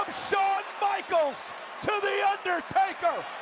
shawn michaels to the undertaker!